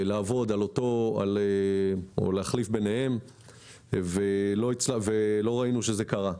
להחליף ביניהם ולא ראינו שזה קרה.